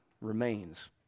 remains